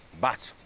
but.